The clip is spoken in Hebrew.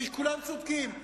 כי כולם צודקים.